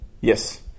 Yes